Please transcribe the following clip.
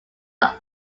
are